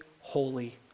holy